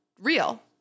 real